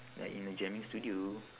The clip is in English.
like in a jamming studio